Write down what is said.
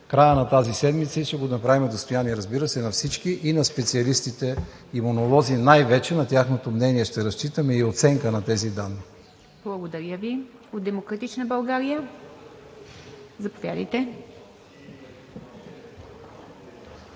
края на тази седмица и ще го направим достояние, разбира се, на всички и на специалистите имунолози, най-вече, на тяхното мнение ще разчитаме и оценка на тези данни. ПРЕДСЕДАТЕЛ ИВА МИТЕВА: Благодаря Ви. От „Демократична България“? Заповядайте.